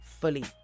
fully